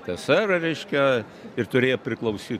tsr reiškia ir turėjo priklausyt